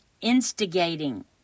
instigating